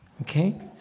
okay